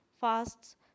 fasts